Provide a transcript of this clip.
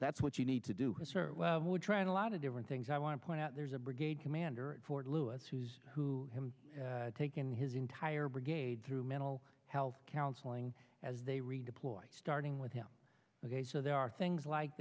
that's what you need to do sir would try and a lot of different things i want to point out there's a brigade commander at fort lewis who's who have taken his entire brigade through mental health counseling as they redeploy starting with him ok so there are things like